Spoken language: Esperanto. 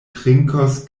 trinkos